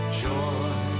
joy